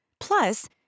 Plus